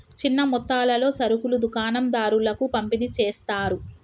చిన్న మొత్తాలలో సరుకులు దుకాణం దారులకు పంపిణి చేస్తారు